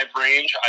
range